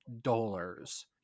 dollars